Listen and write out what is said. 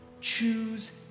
choose